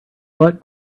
what